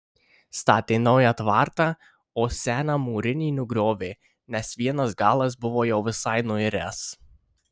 statė naują tvartą o seną mūrinį nugriovė nes vienas galas buvo jau visai nuiręs